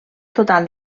total